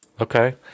Okay